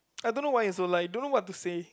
I don't why is so like I don't know what to says